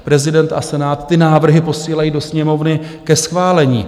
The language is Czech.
Prezident a Senát ty návrhy posílají do Sněmovny ke schválení.